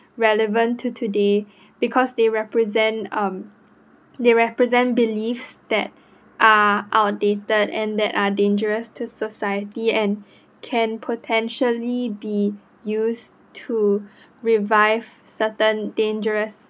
relevant to today because they represent um they represent beliefs that are outdated and that are dangerous to society and can potentially be used to revive certain dangerous